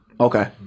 Okay